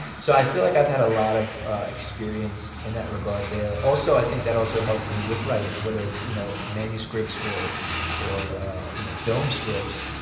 so i feel like i've had a lot of experience in that regard there. also i think that also helps me with writing. whether it's you know manuscripts or or you know film scripts,